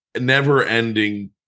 never-ending